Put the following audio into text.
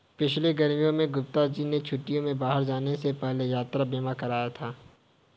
पिछली गर्मियों में गुप्ता जी ने छुट्टियों में बाहर जाने से पहले यात्रा बीमा कराया था